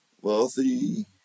wealthy